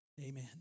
Amen